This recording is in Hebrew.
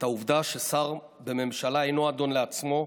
את העובדה ששר בממשלה אינו אדון לעצמו,